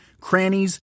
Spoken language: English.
crannies